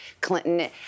Clinton